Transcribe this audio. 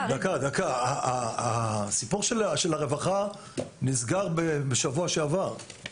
הסיפור של הרווחה נסגר בשבוע שעבר.